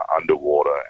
underwater